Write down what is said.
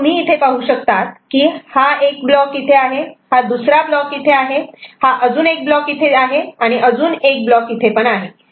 आणि तुम्ही इथे पाहू शकतात की हा 1 ब्लॉक इथे आहे हा दुसरा ब्लॉक इथे आहे हा अजून एक ब्लॉक इथे आहे आणि अजून एक ब्लॉक इथे पण आहे